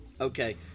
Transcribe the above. Okay